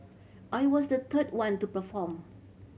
I was the third one to perform